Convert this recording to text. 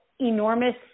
enormous